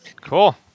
Cool